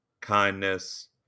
kindness